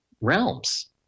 realms